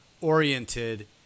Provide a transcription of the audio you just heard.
oriented